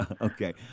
Okay